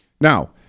Now